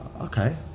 okay